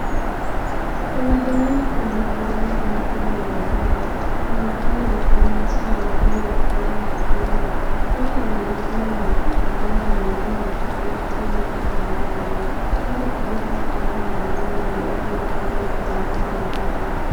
Barabarani kuna msongamano mkubwa wa magari, kuna magari ya kibinafsi na magari ya kubebea abiria. Watu wanaonekana wakitembea na wengine wakifanya shughuli zao mbalimbali. Kando kabisa tunaona majengo marefu yakionyesha mandhari ya jiji.